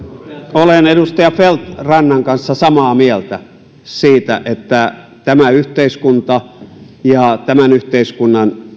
olen edustaja feldt rannan kanssa samaa mieltä siitä että tämä yhteiskunta ja tämän yhteiskunnan